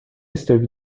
esteve